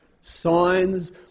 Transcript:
signs